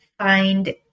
Find